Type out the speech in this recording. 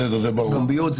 פומביות,